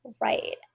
Right